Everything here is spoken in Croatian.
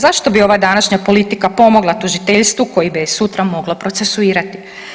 Zašto bi ova današnja politika pomogla tužiteljstvu koje bi ga sutra mogla procesuirati?